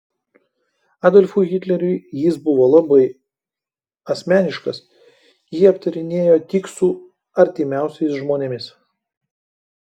adolfui hitleriui jis buvo labai asmeniškas jį aptarinėjo tik su artimiausiais žmonėmis